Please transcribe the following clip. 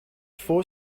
voor